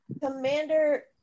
Commander